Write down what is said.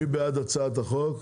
מי בעד הצעת החוק?